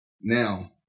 Now